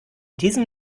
diesem